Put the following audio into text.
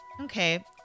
Okay